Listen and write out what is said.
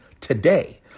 today